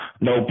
no